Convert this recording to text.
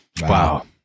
Wow